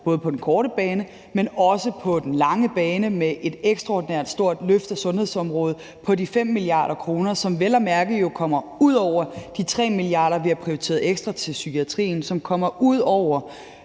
både på den korte bane, men også på den lange bane, med et ekstraordinært stort løft af sundhedsområdet på de 5 mia. kr., som jo vel at mærke kommer ud over de 3 mia. kr., som vi har prioriteret ekstra til psykiatrien, som kommer ud over